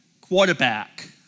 quarterback